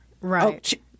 Right